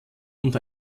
und